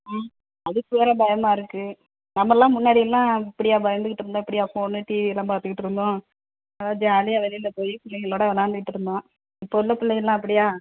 அதுக்கு வேறு பயமாக இருக்குது நம்மள்லாம் முன்னாடி எல்லாம் இப்படியா பயந்துக்கிட்டு இருந்தோம் இப்படியா ஃபோனு டிவியெல்லாம் பார்த்துக்கிட்டு இருந்தோம் நல்லா ஜாலியாக வெளியில் போய் பிள்ளைங்களோட விளையாண்டுக்கிட்டு இருந்தோம் இப்போ உள்ள பிள்ள எல்லாம் அப்படியா